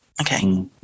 Okay